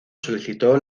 solicitó